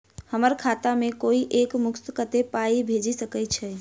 हम्मर खाता मे कोइ एक मुस्त कत्तेक पाई भेजि सकय छई?